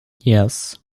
yes